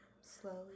slowly